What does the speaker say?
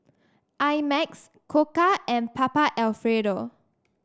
I Max Koka and Papa Alfredo